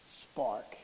spark